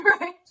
Right